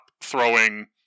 throwing